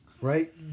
Right